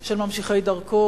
של ממשיכי דרכו,